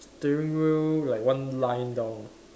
steering wheel like one line down